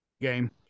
game